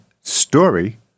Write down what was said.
story